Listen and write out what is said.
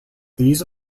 these